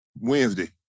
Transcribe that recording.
Wednesday